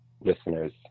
listeners